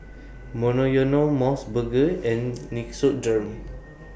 Monoyono Mos Burger and Nixoderm